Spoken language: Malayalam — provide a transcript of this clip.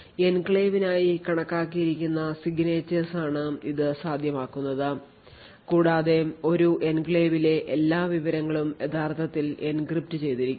എൻക്ലേവിനായി കണക്കാക്കിയിരിക്കുന്ന signatures ആണ് ഇത് സാധ്യമാക്കുന്നത് കൂടാതെ ഒരു എൻക്ലേവിലെ എല്ലാ വിവരങ്ങളും യഥാർത്ഥത്തിൽ എൻക്രിപ്റ്റ് ചെയ്തിരിക്കുന്നു